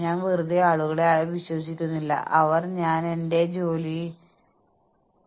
internal equity കൈവരിക്കുന്നതിന് ജോലി അടിസ്ഥാനമാക്കിയുള്ള നഷ്ടപരിഹാര പദ്ധതികൾ സൃഷ്ടിക്കുന്നതിനുള്ള ചില സ്റ്റെപ്പുകൾ